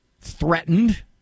threatened